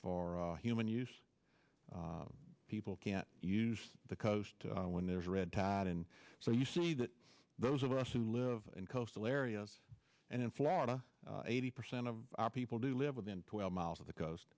for human use people can't use the coast when there's a red tide and so you see that those of us who live in coastal areas and in florida eighty percent of our people do live within twelve miles of the coast